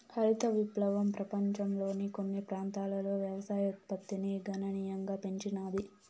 హరిత విప్లవం పపంచంలోని కొన్ని ప్రాంతాలలో వ్యవసాయ ఉత్పత్తిని గణనీయంగా పెంచినాది